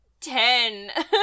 ten